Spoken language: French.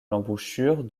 l’embouchure